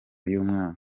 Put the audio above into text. y’umwaka